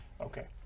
Okay